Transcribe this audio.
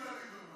ויווה, ליברמן,